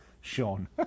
Sean